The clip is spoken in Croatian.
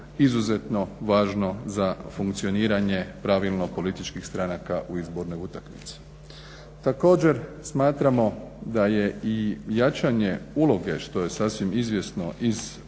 izuzetno važno za funkcioniranje pravilno političkih stranaka u izbornoj utakmici. Također smatramo da je i jačanje uloge što je sasvim izvjesno iz odredbi